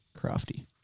Crafty